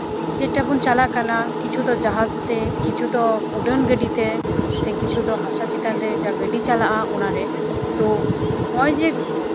ᱡᱮᱴᱟ ᱵᱚᱱ ᱪᱟᱞᱟᱜ ᱠᱟᱱᱟ ᱠᱤᱪᱷᱩ ᱫᱚ ᱡᱟᱦᱟᱡᱽ ᱛᱮ ᱠᱤᱪᱷᱩ ᱫᱚ ᱩᱰᱟᱹᱱ ᱜᱟᱹᱰᱤ ᱛᱮ ᱥᱮ ᱠᱤᱪᱷᱩ ᱫᱚ ᱦᱟᱥᱟ ᱪᱮᱛᱟᱱ ᱨᱮ ᱜᱟᱹᱰᱤ ᱪᱟᱞᱟᱜᱼᱟ ᱛᱳ ᱱᱚᱜᱼᱚᱭ ᱡᱮ